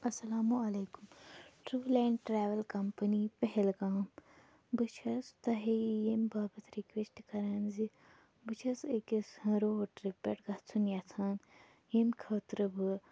اَلسلامُ علیکُم travel and travel company Pahalgam بہٕ چھَس تۄہہِ ییٚمہِ باپَت رِکویسٹ کران زِ بہٕ چھَس أکِس روڈ ٹرپ پٮ۪ٹھ گژھُن یَژھان ییٚمہِ خٲطرٕ بہٕ